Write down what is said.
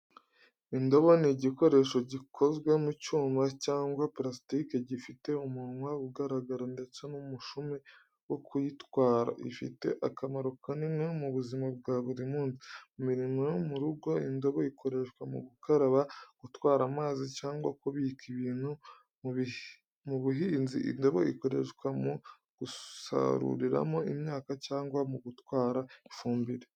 Indobo ni igikoresho gikoze mu cyuma cyangwa purasitike, gifite umunwa ugaragara ndetse n’umushumi wo kuyitwara. Ifite akamaro kanini mu buzima bwa buri munsi. Mu mirimo yo mu rugo, indobo ikoreshwa mu gukaraba, gutwara amazi, cyangwa kubika ibintu. Mu buhinzi, indobo ikoreshwa mu gusaruriramo imyaka cyangwa mu gutwara ifumbire.